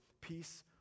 peace